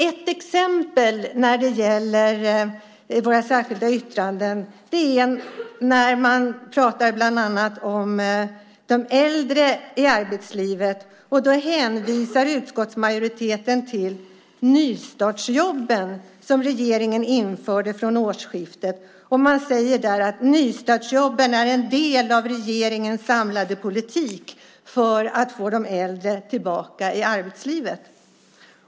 Ett exempel när det gäller våra särskilda yttranden är när man pratar om de äldre i arbetslivet. Då hänvisar utskottsmajoriteten till nystartsjobben som regeringen införde från årsskiftet. Man säger att nystartsjobben är en del av regeringens samlade politik för att få de äldre tillbaka i arbetslivet.